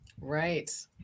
Right